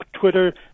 Twitter